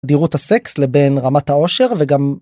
דירות הסקס לבין רמת העושר וגם.